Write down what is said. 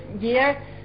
year